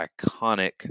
iconic